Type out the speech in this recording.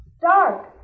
Dark